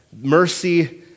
mercy